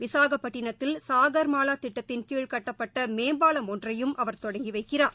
விசாகாபட்டினத்தில் சாகள் மாவாதிட்டத்தின் கீழ் கட்டப்பட்டமேம்பாலம் ஒன்றையும் அவர் தொடங்கிவைக்கிறார்